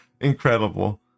Incredible